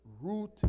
Root